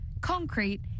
concrete